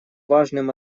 важным